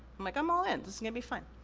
i'm like, i'm all in, this is gonna be fine.